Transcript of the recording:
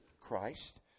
Christ